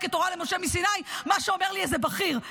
כתורה למשה מסיני מה שאומר לי איזה בכיר.